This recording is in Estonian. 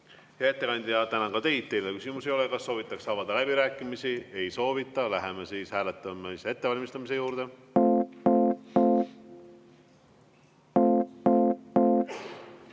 Hea ettekandja, ma tänan teid. Teile küsimusi ei ole. Kas soovitakse avada läbirääkimisi? Ei soovita. Läheme hääletamise ettevalmistamise juurde.